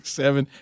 seven